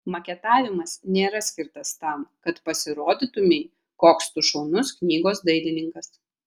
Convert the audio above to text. maketavimas nėra skirtas tam kad pasirodytumei koks tu šaunus knygos dailininkas